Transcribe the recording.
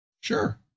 Sure